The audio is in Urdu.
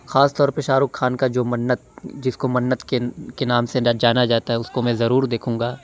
خاص طور پہ شاہ رخ خان کا جو منت جس کو منت کے کے نام سے جانا جاتا ہے اس کو میں ضرور دیکھوں گا